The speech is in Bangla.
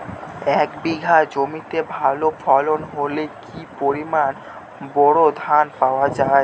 এক বিঘা জমিতে ভালো ফলন হলে কি পরিমাণ বোরো ধান পাওয়া যায়?